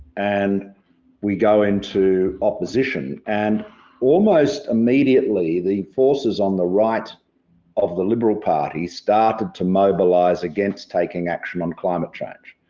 and we go into opposition. and almost immediately the forces on the right of the liberal party started to mobilise against taking action on climate change.